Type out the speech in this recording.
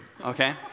okay